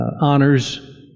honors